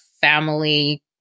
family